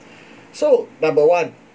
so number one